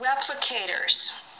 replicators